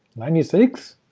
ninety six?